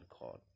God